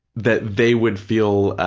that they would feel,